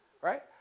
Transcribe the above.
Right